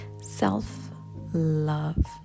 self-love